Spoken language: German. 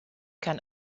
kann